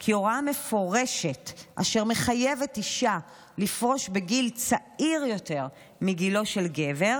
כי הוראה מפורשת אשר מחייבת אישה לפרוש בגיל צעיר יותר מגילו של גבר